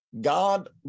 God